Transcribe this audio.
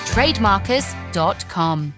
Trademarkers.com